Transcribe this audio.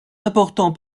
important